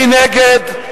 מי נגד?